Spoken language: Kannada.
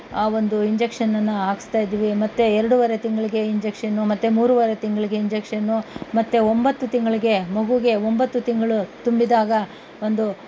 ಆ ಒಂದು ಇಂಜೆಕ್ಷನನ್ನು ಹಾಕಿಸ್ತಾಯಿದ್ದೀವಿ ಮತ್ತು ಎರಡೂವರೆ ತಿಂಗಳಿಗೆ ಇಂಜೆಕ್ಷನು ಮತ್ತೆ ಮೂರುವರೆ ತಿಂಗಳಿಗೆ ಇಂಜೆಕ್ಷನು ಮತ್ತೆ ಒಂಬತ್ತು ತಿಂಗಳಿಗೆ ಮಗೂಗೆ ಒಂಬತ್ತು ತಿಂಗಳು ತುಂಬಿದಾಗ ಒಂದು